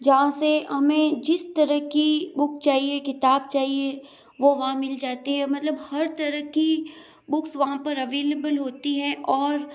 जहाँ से हमें जिस तरह की बुक चाहिए किताब चाहिए वो वहाँ मिल जाती है मतलब हर तरह की बुक्स वहाँ पर अवेलेबल होती हैं और